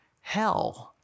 hell